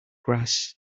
grass